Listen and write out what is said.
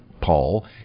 Paul